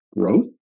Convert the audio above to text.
growth